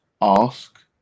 ask